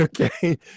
Okay